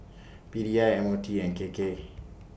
P D I M O T and K K